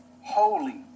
holy